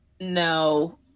No